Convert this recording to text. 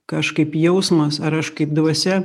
kažkaip jausmas ar aš kaip dvasia